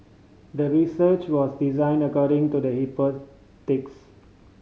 the research was designed according to the